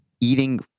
eating